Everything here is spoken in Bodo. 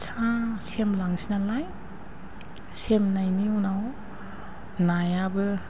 फिसा सेमलांसै नालाय सेमनायनि उनाव नायाबो